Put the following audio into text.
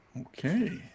Okay